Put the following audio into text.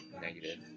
negative